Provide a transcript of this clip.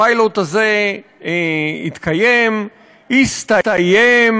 הפיילוט הזה התקיים, הסתיים,